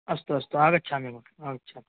अस्तु अस्तु आगच्छामि भो आगच्छामि